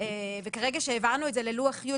וכרגע שהעברנו את זה ללוח י',